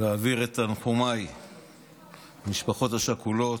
להעביר את תנחומיי למשפחות השכולות,